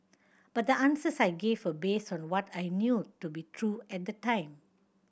but the answers I gave were based on what I knew to be true at the time